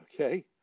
okay